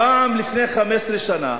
פעם, לפני 15 שנה,